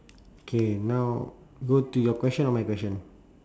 K now go to your question or my question